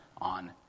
on